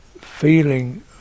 feeling